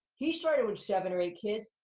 he started with seven or eight kids.